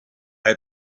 had